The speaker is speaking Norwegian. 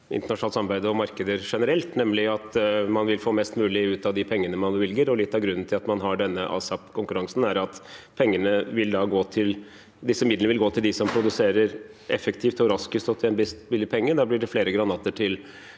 internasjonalt samarbeid og markeder generelt på, nemlig at man vil få mest mulig ut av de pengene man bevilger. Litt av grunnen til at man har denne ASAP-konkurransen, er at disse midlene vil gå til dem som produserer mest effektivt, raskest og til en lavest mulig pris. Da blir det flere granater